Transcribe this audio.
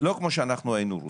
לא כפי שהיינו רוצים.